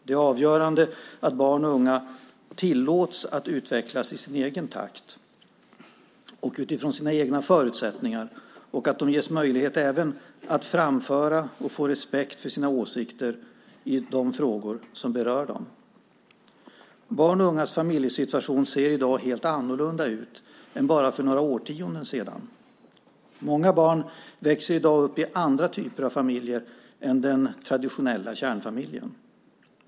Det är avgörande att barn och unga tillåts att utvecklas i sin egen takt och utifrån sina egna förutsättningar och att de även ges möjlighet att framföra och få respekt för sina åsikter i frågor som berör dem. Barns och ungas familjesituation ser i dag helt annorlunda ut än för bara några årtionden sedan. Många barn växer i dag upp i andra typer av familjer än den traditionella kärnfamiljen.